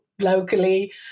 Locally